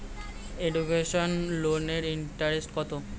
Educational লোনের interest কত?